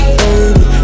baby